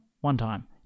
one-time